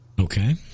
Okay